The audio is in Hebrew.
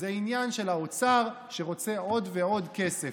זה עניין של האוצר שרוצה עוד ועוד כסף.